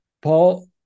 Paul